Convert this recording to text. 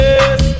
Yes